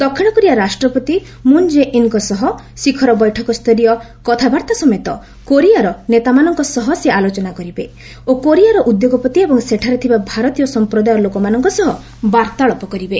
ଦକ୍ଷିଣ କୋରିଆ ରାଷ୍ଟ୍ରପତି Moon Jae ଇନ୍ଙ୍କ ସହ ଶିଖର ବୈଠକସ୍ତରୀୟ କଥାବାର୍ଭା ସମେତ କୋରିଆର ନେତାମାନଙ୍କ ସହ ସେ ଆଲୋଚନା କରିବେ ଓ କୋରିଆର ଉଦ୍ୟୋଗପତି ଏବଂ ସେଠାରେ ଥିବା ଭାରତୀୟ ସମ୍ପ୍ରଦାୟ ଲୋକମାନଙ୍କ ସହ ବାର୍ତ୍ତାଳାପ କରିବେ